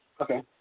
Okay